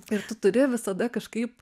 ir tu turi visada kažkaip